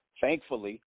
thankfully